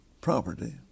property